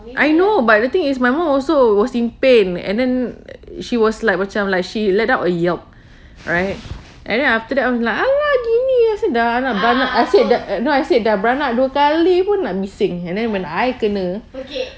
I know but the thing is my mum also was in pain and then she was like macam like she let up a yelp right and then after that I'm like begini sudah beranak dua no I said no I said th~ I said dah beranak dua kali pun nak bising and then when I kena